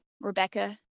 Rebecca